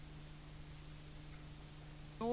Det är vad det handlar om.